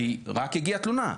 כי רק הגיעה תלונה.